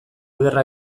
ederra